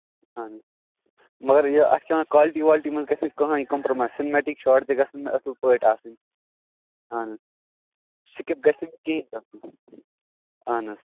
اَہَن مگر یہِ اَتھ چھِ وَنان کالٹی والٹی منٛز گژھِ نہٕ کٕہٕنٛۍ کَمپرومایِز سِنمیٹِک شارٹ تہِ گژھن مےٚ اَصٕل پٲٹھۍ آسٕنۍ اَہَن سِکِپ گژھِ نہٕ کِہیٖنۍ گژھُن اَہَن